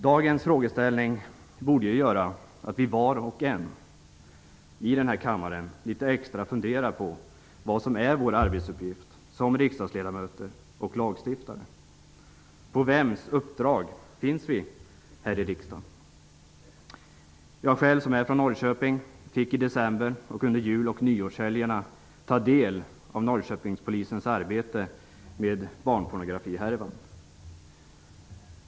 Dagens frågeställning borde medföra att var och en av oss i denna kammare litet extra funderade över vad som är vår arbetsuppgift som riksdagsledamöter och lagstiftare. På vems uppdrag sitter vi här i riksdagen? Jag själv, som är från Norrköping, fick i december och under jul och nyårshelgen ta del av Norrköpingspolisens arbete med barnpornografihärvan.